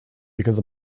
because